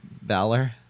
Valor